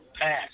pass